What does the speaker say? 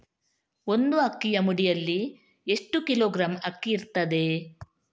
ಒಂದು ಅಕ್ಕಿಯ ಮುಡಿಯಲ್ಲಿ ಎಷ್ಟು ಕಿಲೋಗ್ರಾಂ ಅಕ್ಕಿ ಇರ್ತದೆ?